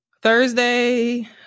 Thursday